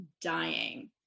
dying